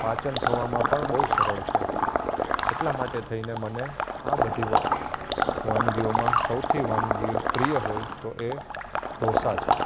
પાચન થવામાં પણ બહુ સરળ છે એટલા માટે થઈને મને આ બધી વા વાનગીઓમાં સૌથી વાનગી પ્રિય હોય તો એ ઢોંસા છે